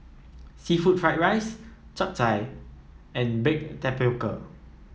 seafood Fried Rice Chap Chai and Baked Tapioca